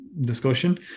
discussion